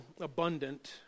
abundant